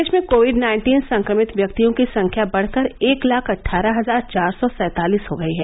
देश में COVID nineteen संक्रमित व्यक्तियों की संख्या बढकर एक लाख अट्ठारह हजार चार सौ सैंतालिस हो गई है